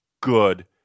good